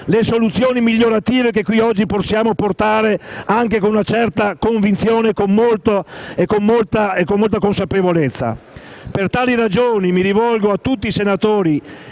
le soluzioni migliorative che qui oggi possiamo portare anche con una certa convinzione e con molta consapevolezza. Per tali ragioni, mi rivolgo alle senatrici